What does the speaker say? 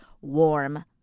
warm